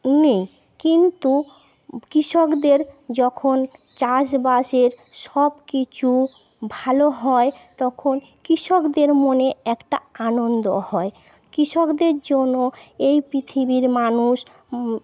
নেই কিন্তু কৃষকদের যখন চাষবাসের সব কিছু ভালো হয় তখন কৃষকদের মনে একটা আনন্দ হয় কৃষকদের জন্য এই পৃথিবীর মানুষ